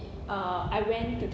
uh I went to